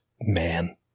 man